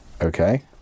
Okay